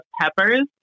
peppers